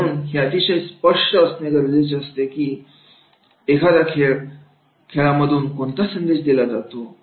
म्हणून हे अतिशय स्पष्ट असणे गरजेचे आहे कीं एखाद्या खेळा मधून कोणता संदेश दिला जातो